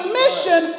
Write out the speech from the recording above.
mission